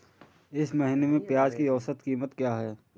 इस महीने में प्याज की औसत कीमत क्या है?